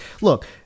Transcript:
Look –